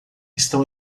estão